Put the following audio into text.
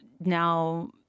now-